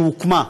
שהוקמה,